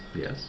Yes